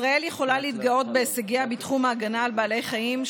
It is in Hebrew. ישראל יכולה להתגאות בהישגיה בתחום ההגנה על בעלי חיים,